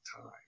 time